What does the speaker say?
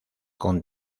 con